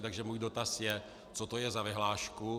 Takže můj dotaz je: Co to je za vyhlášku?